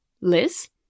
Liz